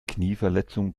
knieverletzung